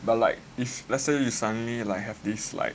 but like if let's say you suddenly have this like